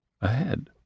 ahead